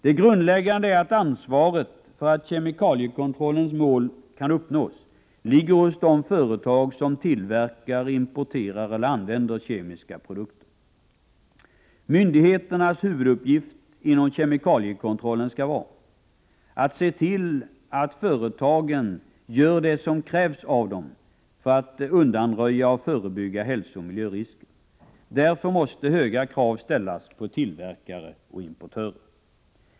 Det grundläggande är att ansvaret för att kemikaliekontrollens mål kan uppnås ligger hos de företag som tillverkar, importerar eller använder kemiska produkter. Myndigheternas huvuduppgift inom kemikaliekontrollen skall vara att se till att företagen gör det som krävs för att undanröja och förebygga hälsooch miljörisker. Därför måste höga krav ställas på tillverkare och importörer.